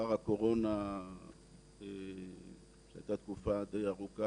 לאחר הקורונה הייתה תקופה די ארוכה